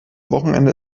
wochenende